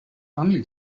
only